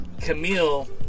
Camille